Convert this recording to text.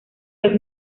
los